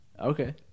Okay